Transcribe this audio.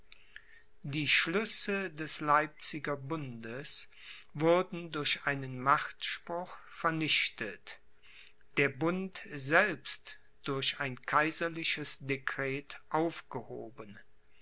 die schlüsse des leipziger bundes wurden durch einen machtspruch vernichtet der bund selbst durch ein kaiserliches dekret aufgehoben